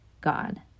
God